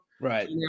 right